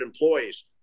employees